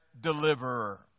deliverer